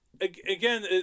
again